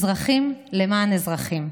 אזרחים למען אזרחים.